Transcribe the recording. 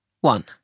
One